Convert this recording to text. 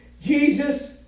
Jesus